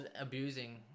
abusing